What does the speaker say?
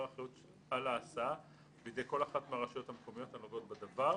האחריות על ההסעה בידי כל אחת מהרשויות המקומיות הנוגעות בדבר.